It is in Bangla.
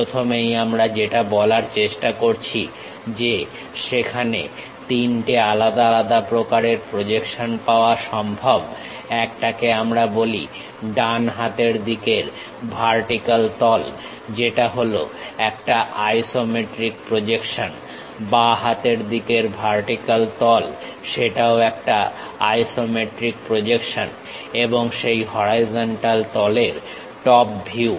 প্রথমেই আমরা যেটা বলার চেষ্টা করছি যে সেখানে তিনটে আলাদা আলাদা প্রকারের প্রজেকশন পাওয়া সম্ভব একটাকে আমরা বলি ডান হাতের দিকের ভার্টিক্যাল তল যেটা হলো একটা আইসোমেট্রিক প্রজেকশন বাঁ হাতের দিকের ভার্টিক্যাল তল সেটাও একটা আইসোমেট্রিক প্রজেকশন এবং সেই হরাইজন্টাল তলের টপ ভিউ